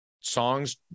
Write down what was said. songs